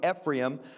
Ephraim